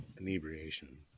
inebriation